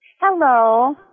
Hello